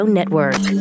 Network